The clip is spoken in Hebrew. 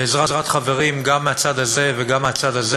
בעזרת חברים גם מהצד הזה וגם מהצד הזה,